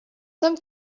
some